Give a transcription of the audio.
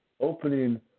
opening